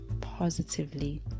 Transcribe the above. positively